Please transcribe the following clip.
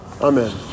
amen